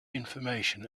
information